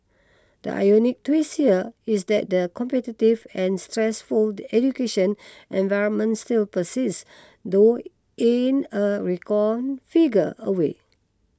the ironic twist here is that the competitive and stressful education environment still persists though in a reconfigured a way